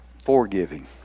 forgiving